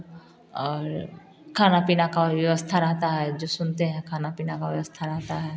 और खाना पीना का व्यवस्था रहता है जब सुनते हैं तब खाना पीना का व्यवस्था रहता है